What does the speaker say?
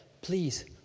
please